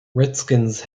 redskins